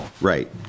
Right